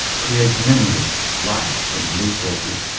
creates memories, riots, and police horses.